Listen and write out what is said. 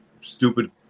stupid